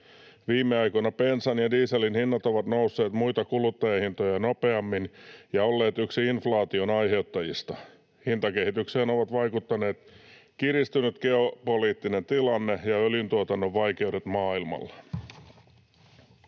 Viime aikoina bensan ja dieselin hinnat ovat nousseet muita kuluttajahintoja nopeammin ja olleet yksi inflaation aiheuttajista. Hintakehitykseen ovat vaikuttaneet kiristynyt geopoliittinen tilanne ja öljyntuotannon vaikeudet maailmalla.